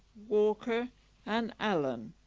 walker and allen.